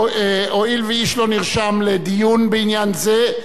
הואיל ואיש לא נרשם לדיון בעניין זה,